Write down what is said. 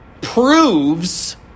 proves